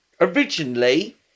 originally